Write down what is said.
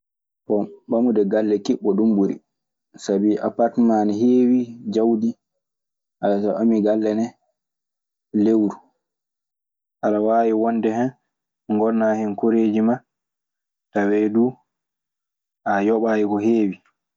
Bon, ɓamude galle kiɓɓo, ɗun ɓuri sabi apartmant ana heewi jawdi. Haya so a ɓamii galle ne, lewru. Aɗa waawi wonde hen, ngonanaa hen koreeji maa, tawee duu a yoɓaayi ko heewi.